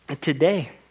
Today